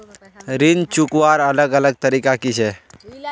ऋण चुकवार अलग अलग तरीका कि छे?